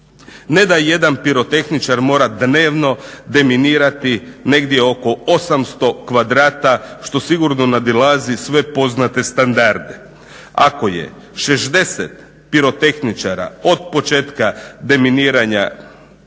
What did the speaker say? ne da jedan pirotehničar mora dnevno deminirati negdje oko 800 kvadrata što sigurno nadilazi sve poznate standarde. Ako je 60 pirotehničara od početka deminiranja